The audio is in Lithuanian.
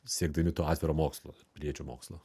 siekdami to atviro mokslo piliečių mokslo